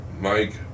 Mike